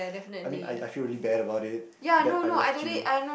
I mean I I feel really bad about it that I left you